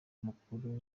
mukuru